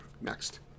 Next